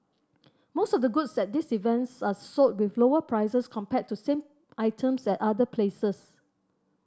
most of the goods at these events are sold with lower prices compared to same items at other places